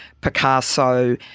Picasso